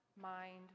mind